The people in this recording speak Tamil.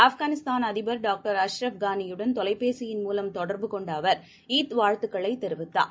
ஆப்கானிஸ்தான் அதிபர் டாக்டர் அஷ்ரஃப் கானியுடன் தொலைபேசியின் மூலம் தொடர்பு கொண்டஅவர் ஈத் வாழ்த்துக்களைதெரிவித்தார்